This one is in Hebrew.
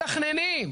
מתכננים,